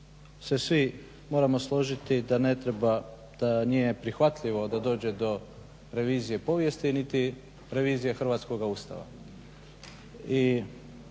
svi moramo složiti da nije prihvatljivo da dođe do revizije povijesti niti revizije hrvatskoga Ustava.